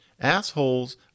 Assholes